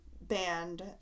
band